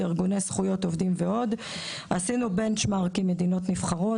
על ארגוני זכויות עובדים ועוד; עשינו Benchmark עם מדינות נבחרות,